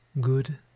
good